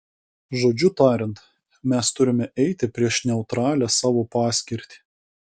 žodžiu tariant mes turime eiti prieš neutralią savo paskirtį